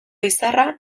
izarra